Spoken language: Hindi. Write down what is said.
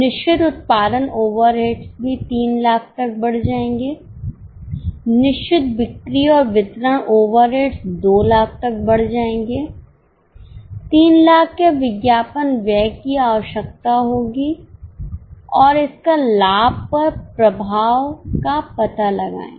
निश्चित उत्पादन ओवरहेड्स भी 300000 तक बढ़ जाएंगे निश्चित बिक्री और वितरण ओवरहेड्स 200000 तक बढ़ जाएंगे 300000 के विज्ञापन व्यय की आवश्यकता होगी और इसका लाभ पर प्रभाव का पता लगाएं